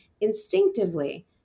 instinctively